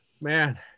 man